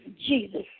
Jesus